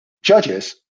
judges